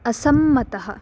असम्मतः